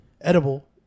Edible